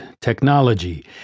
technology